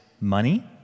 money